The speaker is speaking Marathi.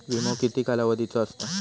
विमो किती कालावधीचो असता?